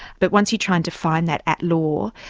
but once you try and define that at law,